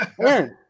Aaron